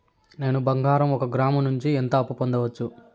నేను బంగారం ఒక గ్రాము నుంచి ఎంత అప్పు పొందొచ్చు